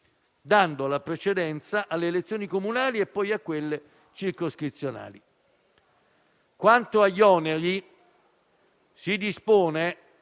dando la precedenza alle elezioni comunali e, poi, a quelle circoscrizionali.